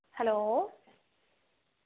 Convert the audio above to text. hello